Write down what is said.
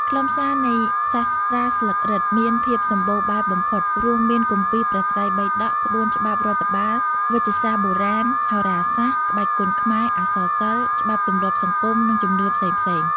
ខ្លឹមសារនៃសាស្រ្តាស្លឹករឹតមានភាពសម្បូរបែបបំផុត រួមមាន គម្ពីរព្រះត្រៃបិដក ក្បួនច្បាប់រដ្ឋបាល វេជ្ជសាស្ត្របុរាណ ហោរាសាស្ត្រ ក្បាច់គុនខ្មែរ អក្សរសិល្ប៍ ច្បាប់ទម្លាប់សង្គម និងជំនឿផ្សេងៗ។